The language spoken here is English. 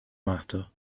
matter